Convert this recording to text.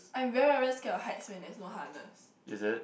I'm very very scared of heights when there is no harness